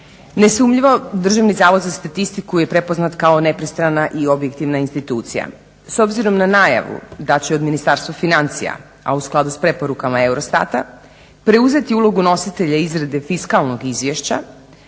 Nesumnjivo DZS je prepoznat kao nepristrana i objektivna institucija. S obzirom na najavu da će od Ministarstva financija, a u skladu sa preporukama EUROSTAT-a, preuzeti ulogu nositelja izrade fiskalnog izvješća